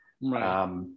Right